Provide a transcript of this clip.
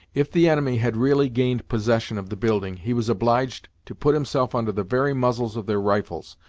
if the enemy had really gained possession of the building he was obliged to put himself under the very muzzles of their rifles,